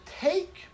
take